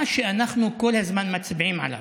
מה שאנחנו כל הזמן מצביעים עליו,